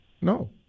No